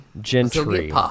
Gentry